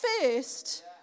first